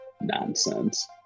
nonsense